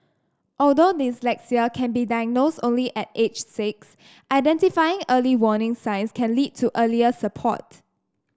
although dyslexia can be diagnosed only at age six identifying early warning signs can lead to earlier support